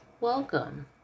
Welcome